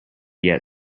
yet